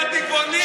עם הטבעונים.